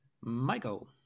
Michael